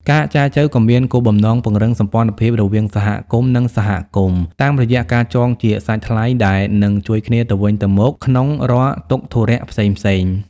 ការចែចូវក៏មានគោលបំណងពង្រឹងសម្ព័ន្ធភាពរវាងសហគមន៍ និងសហគមន៍ តាមរយៈការចងជាសាច់ថ្លៃដែលនឹងជួយគ្នាទៅវិញទៅមកក្នុងរាល់ទុក្ខធុរៈផ្សេងៗ។